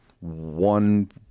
one